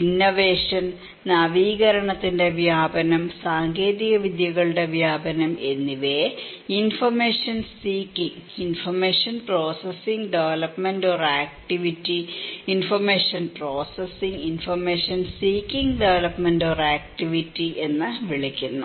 innovation നവീകരണത്തിന്റെ വ്യാപനം സാങ്കേതികവിദ്യകളുടെ വ്യാപനം എന്നിവയെ information seeking information processing development or activity information processing information seeking development or activity എന്ന് വിളിക്കുന്നു